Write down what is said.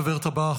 הדוברת הבאה,